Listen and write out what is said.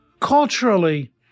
Culturally